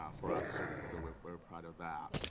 um for our students. so we're we're proud of that.